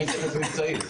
אני אתייחס מבצעית.